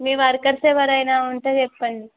మీ workers ఎవరైనా ఉంటే చెప్పండి